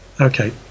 Okay